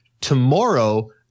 tomorrow